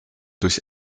durch